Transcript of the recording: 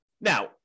Now